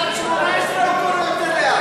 תפילת שמונה-עשרה הוא קורא יותר לאט.